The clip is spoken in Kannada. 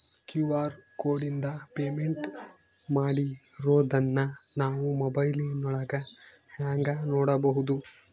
ಕ್ಯೂ.ಆರ್ ಕೋಡಿಂದ ಪೇಮೆಂಟ್ ಮಾಡಿರೋದನ್ನ ನಾವು ಮೊಬೈಲಿನೊಳಗ ಹೆಂಗ ನೋಡಬಹುದು?